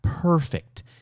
Perfect